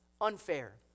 Unfair